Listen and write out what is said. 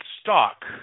stock